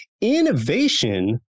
Innovation